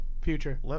Future